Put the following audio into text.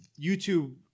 YouTube